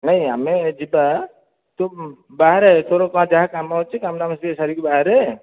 ନାଇଁ ଆମେ ଯିବା ତୁ ବାହାରେ ତୋର ଯାହା କାମ ଅଛି କାମ ଦାମ ସବୁ ସାରିକି ବାହାରେ